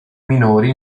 minori